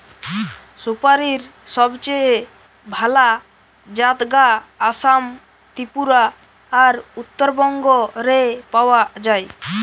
সুপারীর সবচেয়ে ভালা জাত গা আসাম, ত্রিপুরা আর উত্তরবঙ্গ রে পাওয়া যায়